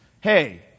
Hey